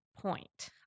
point